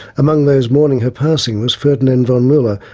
among those mourning her passing was ferdinand von mueller,